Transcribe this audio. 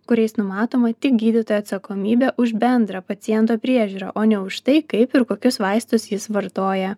kuriais numatoma tik gydytojo atsakomybė už bendrą paciento priežiūrą o ne už tai kaip ir kokius vaistus jis vartoja